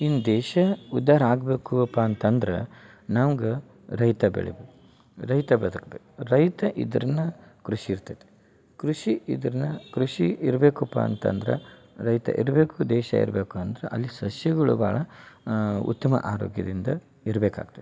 ಇನ್ನು ದೇಶ ಉದ್ಧಾರ ಆಗ್ಬೇಕೂಪ ಅಂತಂದ್ರ ನಮ್ಗೆ ರೈತ ಬೆಳಿಬಕು ರೈತ ಬದಕ್ಬೇಕು ರೈತ ಇದ್ರನ ಕೃಷಿ ಇರ್ತತಿ ಕೃಷಿ ಇದ್ರನ ಕೃಷಿ ಇರ್ಬೇಕುಪ್ಪ ಅಂತಂದ್ರ ರೈತ ಇರಬೇಕು ದೇಶ ಇರಬೇಕು ಅಂದ್ರ ಅಲ್ಲಿ ಸಸ್ಯಗಳು ಭಾಳ ಉತ್ತಮ ಆರೋಗ್ಯದಿಂದ ಇರಬೇಕಾಗ್ತತಿ